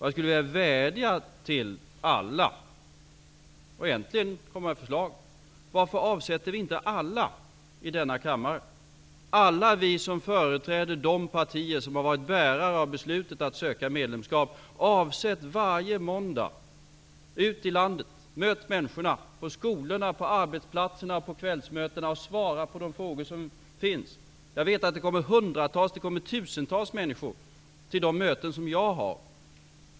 Jag skulle vilja vädja till alla partier och komma med ett förslag: Jag menar att alla i denna kammare, alla vi som företräder de partier som har varit bärare av beslutet att söka medlemskap, borde avsätta varje måndag för att gå ut i landet och möta människorna, på skolorna, på arbetsplatserna och på kvällsmötena, och för att svara på de frågor som finns. Jag vet att det kommer hundratals, det kommer tusentals människor till de möten som jag har.